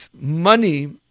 Money